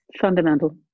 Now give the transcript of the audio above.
Fundamental